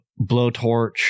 Blowtorch